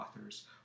authors